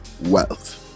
wealth